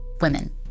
women